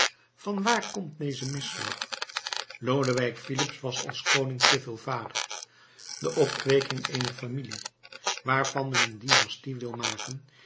van frankrijk vanwaar komt deze misslag lodewijk filips was als koning te veel vader de opkweeking eener familie waarvan men een dynastie wil maken